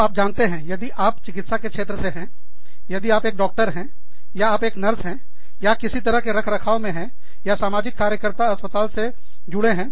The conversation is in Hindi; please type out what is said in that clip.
तो आप जानते हैं यदि आपकी चिकित्सा के क्षेत्र से हैं यदि आप एक डॉक्टर हैं या आप एक नर्स हैं या किसी तरह के रखरखाव में हैं या सामाजिक कार्यकर्ता अस्पताल से जुड़े हैं